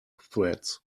threads